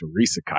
Teresa